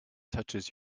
touches